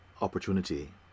opportunity